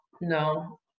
no